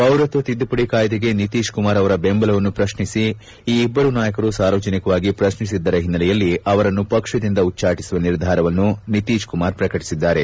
ಪೌರತ್ವ ತಿದ್ದುಪಡಿ ಕಾಯ್ದೆಗೆ ನಿತೀಶ್ ಕುಮಾರ್ ಅವರ ಬೆಂಬಲವನ್ನು ಪ್ರತ್ನಿಸಿ ಈ ಇಬ್ಬರೂ ನಾಯಕರು ಸಾರ್ವಜನಿಕವಾಗಿ ಪ್ರತ್ನಿಸಿದ್ದರ ಹಿನ್ನೆಲೆಯಲ್ಲಿ ಅವರನ್ನು ಪಕ್ಷದಿಂದ ಉಚ್ಛಾಟಿಸುವ ನಿರ್ಧಾರವನ್ನು ನಿತೀತ್ ಕುಮಾರ್ ಪ್ರಕಟಿಸಿದ್ದಾರೆ